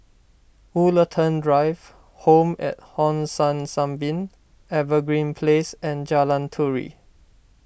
Woollerton Drive Home at Hong San Sunbeam Evergreen Place and Jalan Turi